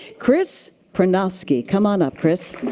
chris prynoski. come on up, chris.